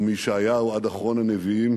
ומישעיהו עד אחרון הנביאים,